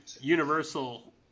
universal